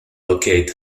locate